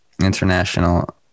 International